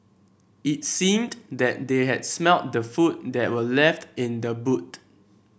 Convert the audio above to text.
it seemed that they had smelt the food that were left in the boot